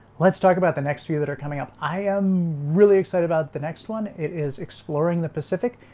let's talk about the next few that are coming up i am really excited about the next one. it is exploring the pacific.